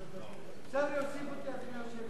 אפשר להוסיף אותי, אדוני היושב-ראש, לא.